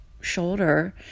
shoulder